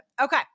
Okay